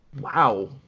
wow